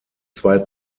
zwei